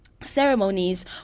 ceremonies